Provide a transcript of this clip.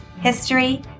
history